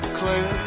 clear